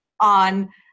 on